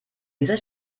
dieser